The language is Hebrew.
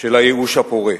של הייאוש הפורה.